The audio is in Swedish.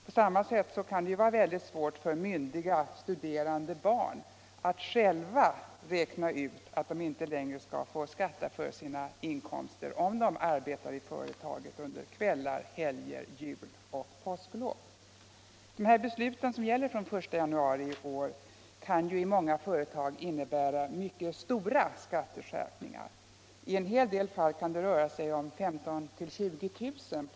På samma sätt kan det vara mycket svårt för myndiga, studerande barn att själva räkna ut att de inte längre skall få skatta för sina inkomster, om de arbetar i företaget under kvällar, helger, juloch påsklov. De här besluten som gäller fr.o.m. den 1 januari i år kan ju i många företag innebära mycket stora skatteskärpningar. I en hel del fall kan det röra sig om 15 000-20 000 kr.